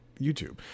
YouTube